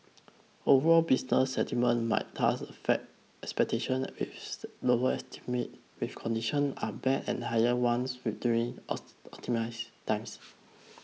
overall business sentiment might thus affect expectations with lower estimates when conditions are bad and higher ones during optimistic times